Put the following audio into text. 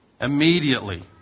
Immediately